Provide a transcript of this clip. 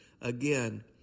again